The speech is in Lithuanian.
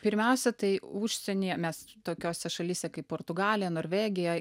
pirmiausia tai užsienyje mes tokiose šalyse kaip portugalija norvegija